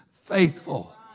faithful